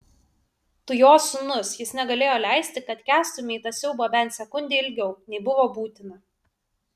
tu jo sūnus jis negalėjo leisti kad kęstumei tą siaubą bent sekundę ilgiau nei buvo būtina